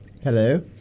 Hello